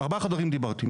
ארבעה חדרים דיברתי,